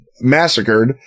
massacred